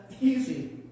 easy